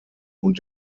und